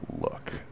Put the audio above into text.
look